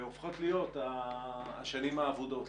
שהופכות להיות השנים האבודות.